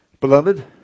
Beloved